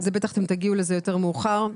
בטח אתם תגיעו לזה יותר מאוחר,